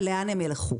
ולאן הם ילכו?